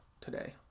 today